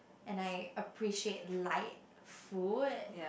and I appreciate light food